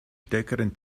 stärkeren